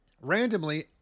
Randomly